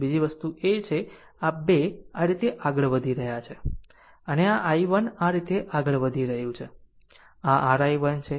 બીજી વસ્તુ આ છે 2 આ રીતે આગળ વધી રહી છે અને આ i1 આ રીતે આગળ વધી રહ્યું છે આ r i1 છે